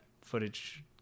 footage